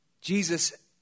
Jesus